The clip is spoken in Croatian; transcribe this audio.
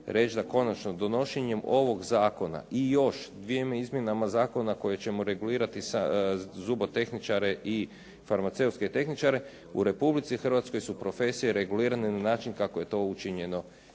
reći da konačno donošenjem ovog zakona i još dvjema izmjenama zakona kojima ćemo regulirati zubotehničare i farmaceutske tehničare. U Republici Hrvatskoj su profesije regulirane na način kako je to učinjeno